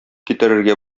китерергә